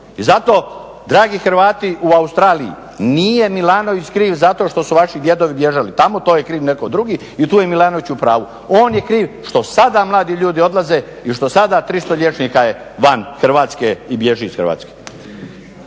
I zato dragi Hrvati u Australiji nije Milanović kriv za to što su vaši djedovi bježali tamo, to je kriv netko drugi, i tu je Milanović u pravu. On je kriv što sada mladi ljudi odlaze i što sada 300 liječnika je van Hrvatske i bježi iz Hrvatske.